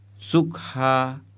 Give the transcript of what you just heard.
sukha